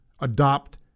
adopt